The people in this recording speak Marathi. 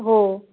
हो